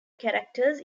characters